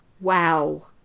wow